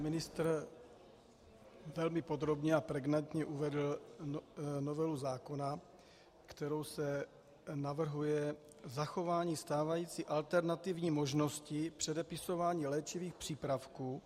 Pan ministr velmi podrobně a pregnantně uvedl novelu zákona, kterou se navrhuje zachování stávající alternativní možnosti předepisování léčivých přípravků.